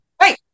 Hey